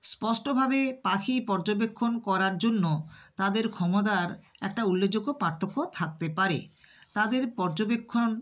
স্পষ্টভাবে পাখি পর্যবেক্ষণ করার জন্য তাদের ক্ষমতার একটা উল্লেখযোগ্য পার্থক্য থাকতে পারে তাদের পর্যবেক্ষণ